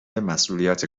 مسئولیت